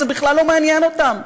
זה בכלל לא מעניין אותם.